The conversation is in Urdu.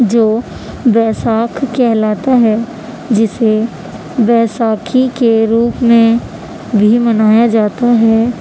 جو بیساکھی کہلاتا ہے جسے بیساکھی کے روپ میں بھی منایا جاتا ہے